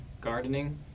gardening